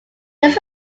this